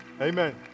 Amen